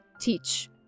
teach